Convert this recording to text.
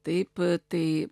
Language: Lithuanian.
taip tai